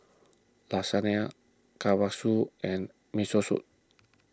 Lasagne Kalguksu and Miso Soup